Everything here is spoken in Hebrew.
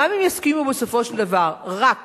גם אם יסכימו, בסופו של דבר, רק